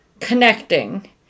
connecting